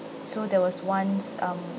so there was once um